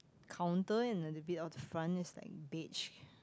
counter and a little bit of the front is like beige